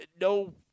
no